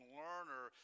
learner